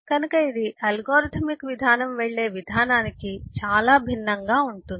కనుక ఇది అల్గోరిథమిక్ విధానం వెళ్లే విధానానికి చాలా భిన్నంగా ఉంటుంది